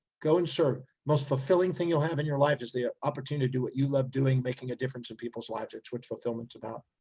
go and serve. most fulfilling thing you'll have in your life is the ah opportunity to do what you love doing, making a difference in people's lives, that's what fulfilment's about.